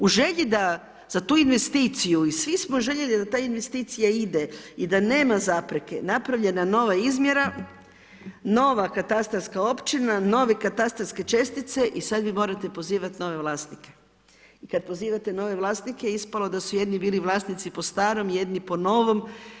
U želji da za tu investiciju i svi smo željeli da ta investicija ide i da nema zapreke napravljena nova izmjera, nova katastarska općina, novi katastarske čestice i sada vi morate pozivati nove vlasnike i kada pozivate nove vlasnike ispalo je da su jedni bili po starom, jedni po novom.